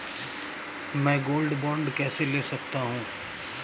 मैं gold bond कैसे ले सकता हूँ?